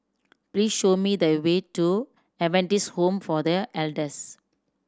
please show me the way to Adventist Home for The Elders